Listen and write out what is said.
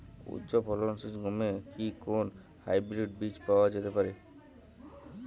উচ্চ ফলনশীল গমের কি কোন হাইব্রীড বীজ পাওয়া যেতে পারে?